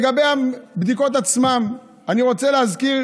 גם לגבי הבדיקות עצמן, אני רוצה להזכיר